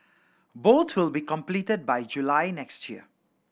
both will be completed by July next year